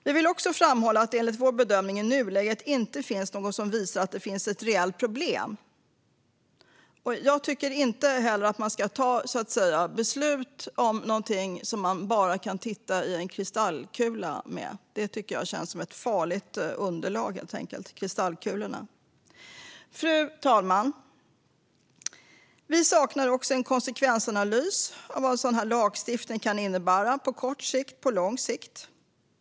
Vi vill framhålla att det enligt vår bedömning i nuläget inte finns något som visar att det finns ett reellt problem. Jag tycker inte heller att man ska ta beslut om någonting när man bara kan titta i en kristallkula; jag tycker att kristallkulan känns som ett farligt underlag. Fru talman! Vi saknar också en konsekvensanalys av vad en sådan lagstiftning kan innebära på kort sikt och på lång sikt.